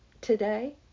today